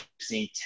seeing